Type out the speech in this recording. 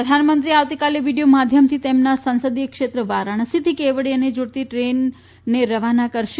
પ્રધાનમંત્રી આવતીકાલે વિડિયો માધ્યમથી તેમના સંસદીય ક્ષેત્ર વારાણસીથી કેવડીયાને જોડતી ટ્રેનને રવાના કરશે